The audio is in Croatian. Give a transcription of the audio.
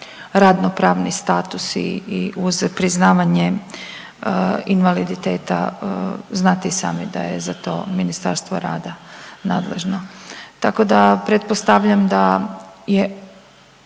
radno-pravni status i uz priznavanje invaliditeta, znate i sami da je za to Ministarstvo rada nadležno. Tako da pretpostavljam da je